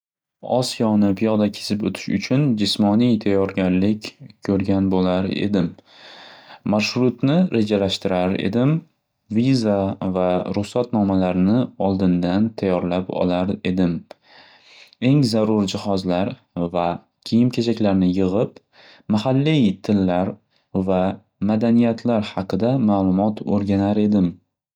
Osiyoni piyoda kesib o'tish uchun jismoniy tayyorgarlik ko'rgan bo'lar edim. Marshrutni rejalashtirar edim. Viza va ruxsatnomalarni oldindan tayyorlab olar edim. Eng zarur jihozlar va kiyim-kechaklarni yig'ib, mahalliy tillar va madaniyatlar haqida ma'lumot o'rganar edim.